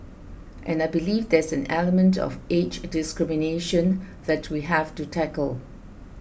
and I believe there's an element of age discrimination that we have to tackle